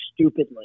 stupidly